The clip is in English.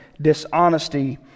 dishonesty